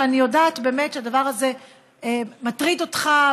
שאני יודעת באמת שהדבר הזה מטריד אותך,